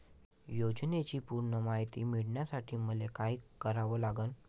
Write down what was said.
योजनेची पूर्ण मायती मिळवासाठी मले का करावं लागन?